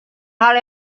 hal